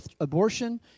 Abortion